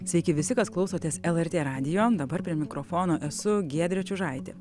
sveiki visi kas klausotės lrt radijo dabar prie mikrofono esu giedrė čiužaitė